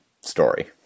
story